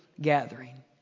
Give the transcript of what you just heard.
gathering